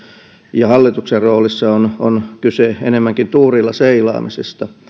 ja hallituksen roolissa siinä on kyse enemmänkin tuurilla seilaamisesta